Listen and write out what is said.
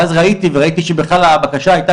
ואז הגעתי וראיתי שבכלל הבקשה הייתה